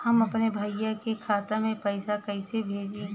हम अपने भईया के खाता में पैसा कईसे भेजी?